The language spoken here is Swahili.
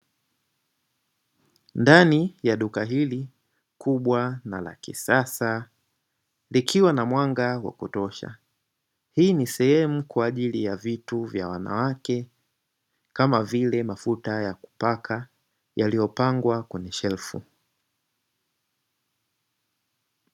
Ndani ya duka hili kubwa na la kisasa likiwa na mwanga wa kutosha. Hii ni sehemu kwa ajili ya vitu kwa wanawake kama vile mafuta ya kupaka yaliyopangwa kwenye shelfu.